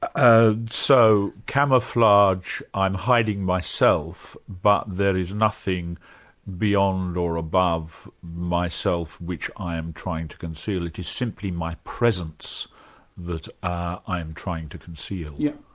so camouflage, i'm hiding myself, but there is nothing beyond or above myself which i am trying to conceal, it is simply my presence that i'm trying to conceal? yes.